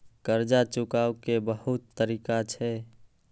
कर्जा चुकाव के बहुत तरीका छै?